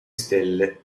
stelle